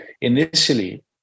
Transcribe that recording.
initially